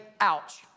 ouch